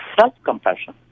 self-compassion